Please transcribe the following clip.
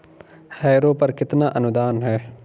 Harrow पर कितना अनुदान है?